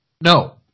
No